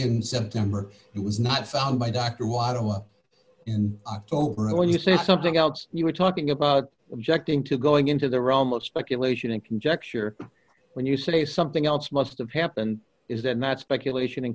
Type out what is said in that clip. m september it was not found by dr water in october and when you say something else you were talking about objecting to going into the realm of speculation and conjecture when you say something else must have happened is that not speculation and